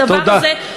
הדבר הזה, תודה.